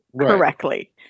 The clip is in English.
correctly